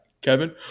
Kevin